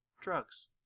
drugs